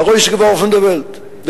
א גרויסע, פון דה געלט.